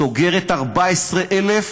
סוגרת 14,000